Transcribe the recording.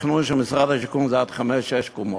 התכנון של משרד השיכון הוא עד חמש-שש קומות,